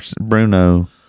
Bruno